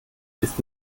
ist